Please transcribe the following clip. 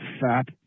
fat